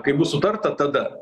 kaip bus sutarta tada